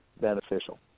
beneficial